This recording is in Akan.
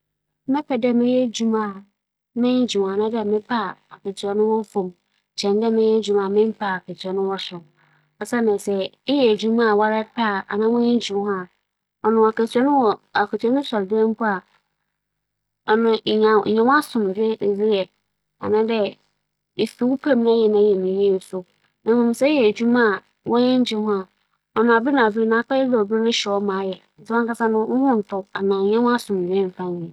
Mebɛpɛ dɛ mebɛyɛ edwuma a mo dͻ na meenya akatua kumaa bi kyɛn dɛ mebɛyɛ edwuma a me kyer na meenya akatua kɛse. Siantsir nye dɛ, adze biara ebɛyɛ a edze ͻdͻ bɛbata ho no, eyɛɛ a epra wo yamu na eyɛ na mfaso so a otwar dɛ hͻn a wͻnye wo bedzi dwuma no hͻn nsa ka no, hͻn nsa ka. ͻnnkɛyɛ tse dɛ mebɛyɛ edwuma a mekyer no.